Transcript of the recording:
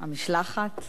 המשלחת,